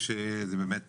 שזו באמת בשורה.